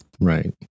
Right